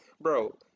Bro